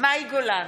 מאי גולן,